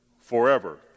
forever